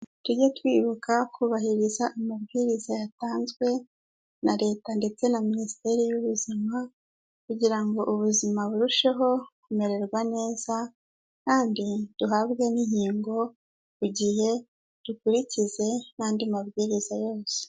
Tujye twibuka kubahiriza amabwiriza yatanzwe na Leta, ndetse na minisiteri y'ubuzima, kugira ngo ubuzima burusheho kumererwa neza, kandi duhabwe n'inkingo ku gihe, dukurikize n'andi mabwiriza yose.